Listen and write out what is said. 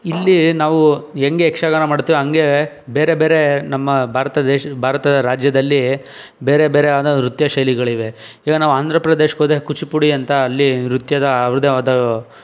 ಇಲ್ಲಿ ನಾವು ಹಂಗೆ ಯಕ್ಷಗಾನ ಮಾಡ್ತೇವೋ ಹಂಗೆ ಬೇರೆ ಬೇರೆ ನಮ್ಮ ಭಾರತ ದೇಶ ಭಾರತ ರಾಜ್ಯದಲ್ಲಿ ಬೇರೆ ಬೇರೆಯಾದ ನೃತ್ಯ ಶೈಲಿಗಳಿವೆ ಈಗ ನಾವು ಆಂಧ್ರಪ್ರದೇಶಕ್ಕೆ ಹೋದರೆ ಕುಚುಪುಡಿ ಅಂತ ಅಲ್ಲಿ ನೃತ್ಯದ ಅವರದ್ದೇ ಆದ